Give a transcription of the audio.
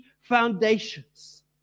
foundations